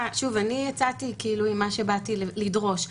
יצאתי עם מה שבאתי לדרוש,